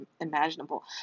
imaginable